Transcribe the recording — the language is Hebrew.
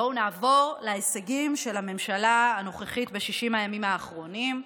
בואו נעבור להישגים של הממשלה הנוכחית בשישים הימים האחרונים: